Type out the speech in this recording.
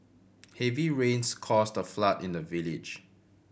heavy rains caused a flood in the village